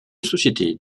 société